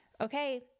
okay